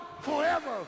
forever